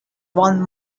one